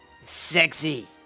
Sexy